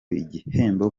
igihembo